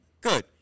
good